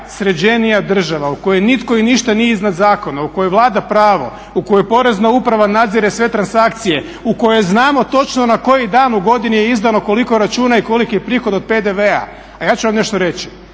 sređenija država u kojoj nitko i ništa nije iznad zakona, u kojoj vlada pravo, u kojoj Porezna uprava nadzire sve transakcije, u kojoj znamo točno na koji dan u godini je izdano koliko računa i koliki je prihod od PDV-a. A ja ću vam nešto reći,